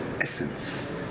essence